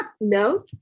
No